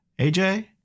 aj